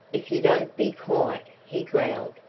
if you don't be quiet! he growled.